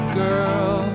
girl